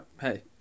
Hey